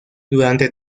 durante